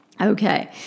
Okay